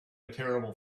terrible